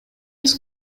биз